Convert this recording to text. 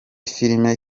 filime